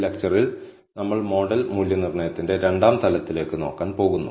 ഈ ലെക്ച്ചറിൽ നമ്മൾ മോഡൽ മൂല്യനിർണ്ണയത്തിന്റെ രണ്ടാം തലത്തിലേക്ക് നോക്കാൻ പോകുന്നു